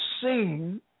seen